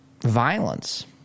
violence